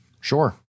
Sure